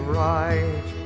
right